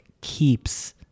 keeps